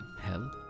hell